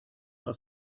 aus